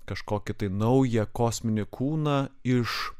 kažkokį naują kosminį kūną iš